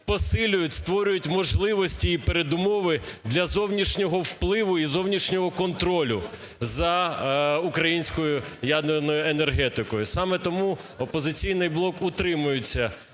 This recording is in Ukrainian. посилюють, створюють можливості і передумови для зовнішнього впливу і зовнішнього контролю за українською ядерною енергетикою. Саме тому "Опозиційний блок" утримується